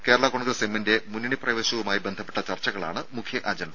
കേരള കോൺഗ്രസ് എമ്മിൻെറ മുന്നണി പ്രവേശവുമായി ബന്ധപ്പെട്ട ചർച്ചകളാണ് മുഖ്യ അജണ്ട